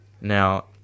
Now